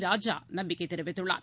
ராஜாநம்பிக்கைதெரிவித்துள்ளார்